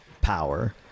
power